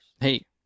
Hey